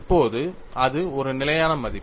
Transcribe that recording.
இப்போது அது ஒரு நிலையான மதிப்பு